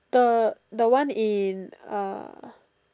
the the one in uh